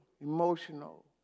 emotional